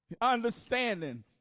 understanding